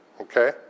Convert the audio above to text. Okay